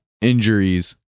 injuries